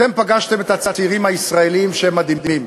אתם פגשתם את הצעירים הישראלים, שהם מדהימים.